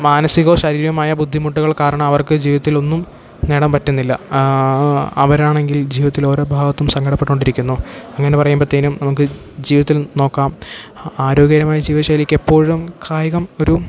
മാനസികമോ ശരീരികമായ ബുദ്ധിമുട്ടുകൾ കാരണം അവർക്ക് ജീവിതത്തിലൊന്നും നേടാൻ പറ്റുന്നില്ല അവരാണെങ്കിൽ ജീവിതത്തിലോരോ ഭാഗത്തും സങ്കടപ്പെട്ടു കൊണ്ടിരിക്കുന്നു അങ്ങനെ പറയുമ്പോഴത്തേനും നമുക്ക് ജീവിതത്തിൽ നോക്കാം ആരോഗ്യകരമായ ജീവിതശൈലിക്കെപ്പോഴും കായികം ഒരു